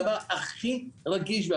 הדבר הכי רגיש.